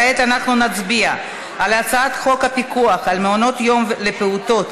כעת אנחנו נצביע על הצעת חוק הפיקוח על מעונות יום לפעוטות,